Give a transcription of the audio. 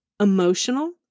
emotional